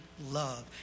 love